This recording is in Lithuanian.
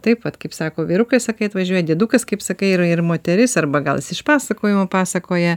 taip vat kaip sako vyrukas sakai atvažiuoja dėdukas kaip sakai ir yra ir moteris arba gal jis iš pasakojimo pasakoja